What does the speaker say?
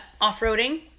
off-roading